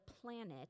planet